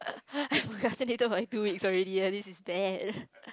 I procrastinated for like two weeks already leh this is bad